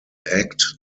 act